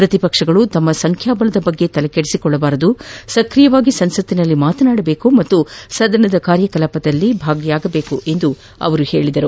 ಪ್ರತಿಪಕ್ಷಗಳು ತಮ್ಮ ಸಂಖ್ಯೆಯ ಬಗ್ಗೆ ತಲೆಕೆಡಿಸಿಕೊಳ್ಳಬಾರದು ಎಂದ ಅವರು ಅವು ಸಕ್ರಿಯವಾಗಿ ಸಂಸತ್ತಿನಲ್ಲಿ ಮಾತನಾಡಬೇಕು ಮತ್ತು ಸದನದ ಕಾರ್ಯಕಲಾಪದಲ್ಲಿ ಭಾಗಿಯಾಗಬೇಕು ಎಂದು ಹೇಳಿದರು